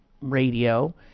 radio